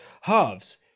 halves